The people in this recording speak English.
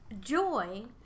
joy